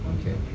okay